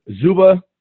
Zuba